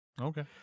Okay